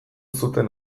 zuten